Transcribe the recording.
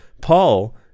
Paul